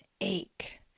ache